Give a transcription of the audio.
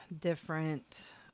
different